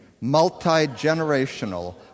multi-generational